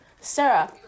Sarah